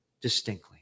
distinctly